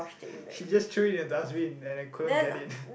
she just throw into dustbin and I couldn't get it